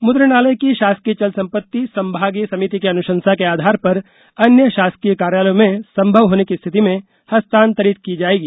मुद्रणालय की शासकीय चल संपत्ति संभागीय समिति की अनुशंसा के आधार पर अन्य शासकीय कार्यालयों में संभव होने की स्थिति में हस्तांतरित की जायेगी